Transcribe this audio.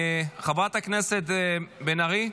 חברת הכנסת בן ארי,